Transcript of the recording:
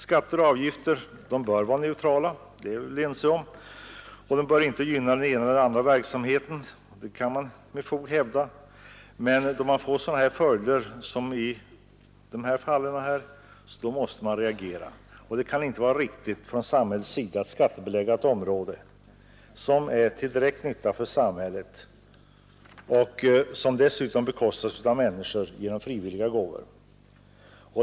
Skatter och avgifter bör vara neutrala — det är vi väl ense om — och man kan med fog säga att de inte skall gynna den ena eller den andra verksamheten, men när följderna blir sådana som i de nämnda fallen måste man reagera. Det kan inte vara riktigt från samhällets sida att skattebelägga en verksamhet som är till direkt nytta för samhället, och som dessutom bekostas med frivilliga gåvor från enskilda människor.